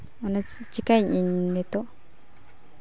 ᱚᱱᱟ ᱪᱤᱠᱟᱭᱟᱹᱧ ᱤᱧ ᱱᱤᱛᱚᱜ